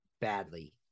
badly